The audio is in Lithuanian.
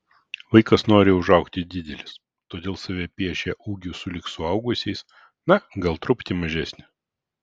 vaikas nori užaugti didelis todėl save piešia ūgiu sulig suaugusiaisiais na gal truputį mažesnį